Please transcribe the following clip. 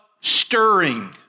stirring